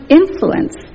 influence